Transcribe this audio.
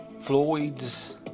Floyd's